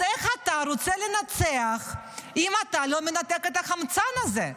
אז איך אתה רוצה לנצח אם אתה לא מנתק את החמצן הזה,